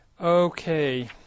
Okay